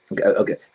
Okay